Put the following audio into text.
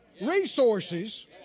Resources